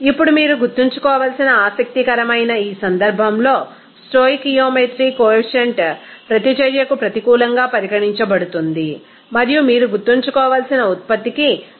ఇప్పుడు మీరు గుర్తుంచుకోవాల్సిన ఆసక్తికరమైన ఈ సందర్భంలో స్టోయికియోమెట్రీ కొఎఫిషియంట్ ప్రతిచర్యకు ప్రతికూలంగా పరిగణించబడుతుంది మరియు మీరు గుర్తుంచుకోవలసిన ఉత్పత్తికి సానుకూలంగా ఉంటుంది